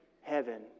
heaven